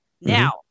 now